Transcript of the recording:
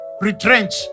retrench